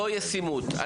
לא ישימות.